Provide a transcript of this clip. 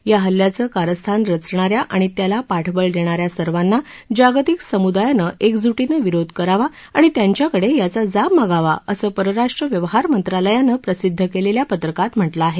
या हल्ल्याचं कारस्थान रचणाऱ्या आणि त्याला पाठबळ देणाऱ्या सर्वंना जागतिक समुदायानं एकजुटीने विरोध करावा आणि त्यांच्याकडे याचा जाब मागावा असं परराष्ट्र व्यवहार मंत्रालयानं प्रसिद्ध केलेल्या पत्रकात म्हटलं आहे